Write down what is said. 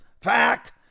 Fact